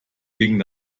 gegen